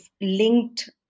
linked